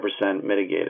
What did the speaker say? mitigated